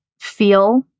feel